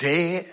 Day